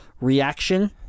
reaction